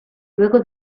luego